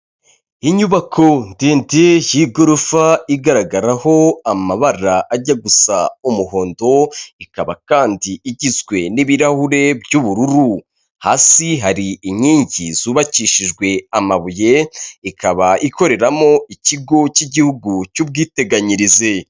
Inyubako ndende y'igorofa igaragaraho amabara ajya gusa umuhondo, ikaba kandi igizwe n'ibirahure by'ubururu, hasi hari inkingi zubakishijwe amabuye ikaba ikoreramo ikigo cy'igihugu cy'ubwiteganyirize.